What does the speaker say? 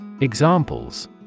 Examples